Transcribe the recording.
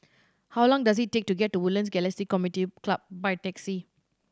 how long does it take to get to Woodlands Galaxy Community Club by taxi